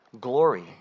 glory